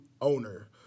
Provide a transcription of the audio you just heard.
owner